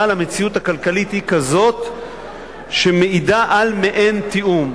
המציאות הכלכלית היא כזאת שמעידה על מעין תיאום.